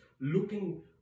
looking